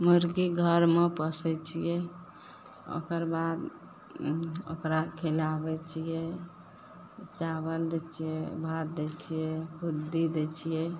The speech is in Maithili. मुरगी घरमे पोसै छिए ओकरबाद ओकरा खिलाबै छिए चावल दै छिए भात दै छिए खुद्दी दै छिए